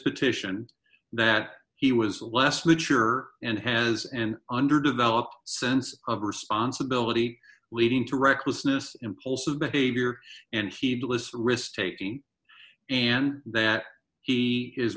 petition that he was less mature and has an underdeveloped sense of responsibility leading to recklessness impulsive behavior and heedless risk taking and that he is